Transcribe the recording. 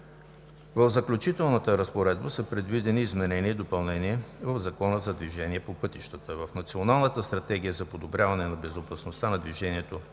В Заключителната разпоредба са предвидени изменения и допълнения в Закона за движение по пътищата. В Националната стратегия за подобряване на безопасността на движението